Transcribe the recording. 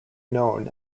known